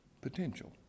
potential